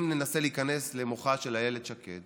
אם ננסה להיכנס למוחה של איילת שקד,